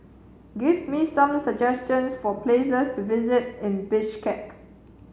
give me some suggestions for places to visit in Bishkek